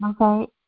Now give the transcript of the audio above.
Okay